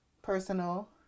Personal